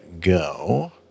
go